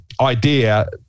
idea